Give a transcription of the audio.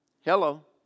hello